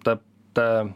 ta ta